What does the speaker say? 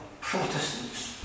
Protestants